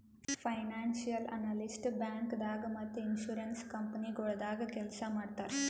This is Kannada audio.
ಫೈನಾನ್ಸಿಯಲ್ ಅನಲಿಸ್ಟ್ ಬ್ಯಾಂಕ್ದಾಗ್ ಮತ್ತ್ ಇನ್ಶೂರೆನ್ಸ್ ಕಂಪನಿಗೊಳ್ದಾಗ ಕೆಲ್ಸ್ ಮಾಡ್ತರ್